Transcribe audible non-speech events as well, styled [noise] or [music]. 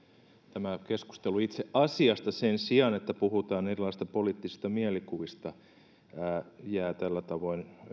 tämä keskustelu itse asiasta sen sijaan että puhutaan erilaisista poliittisista mielikuvista [unintelligible] jää tällä tavoin